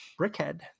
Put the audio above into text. Brickhead